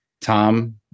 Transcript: Tom